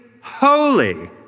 holy